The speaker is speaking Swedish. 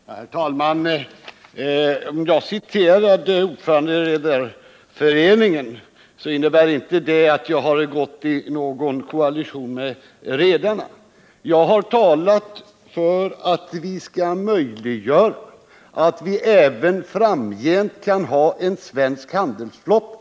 Herr talman! Om jag citerade ordföranden i Redareföreningen, så innebär inte det att jag har gått i någon koalition med redarna. Jag har talat för att vi skall möjliggöra att vi även framgent har en svensk handelsflotta.